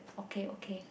okay okay